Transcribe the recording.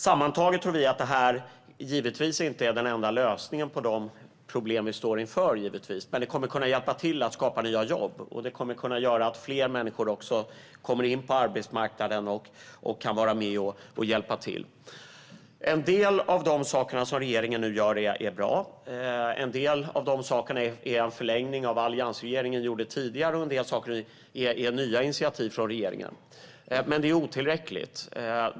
Sammantaget tror vi givetvis inte att detta är den enda lösningen på de problem vi står inför, men det kommer att bidra till att skapa nya jobb och göra att fler människor kommer in på arbetsmarknaden och kan vara med och hjälpa till. En del av det som regeringen nu gör är bra och är en förlängning av det som alliansregeringen gjorde tidigare, medan annat är nya initiativ från regeringen. Men det är otillräckligt.